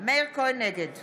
נגד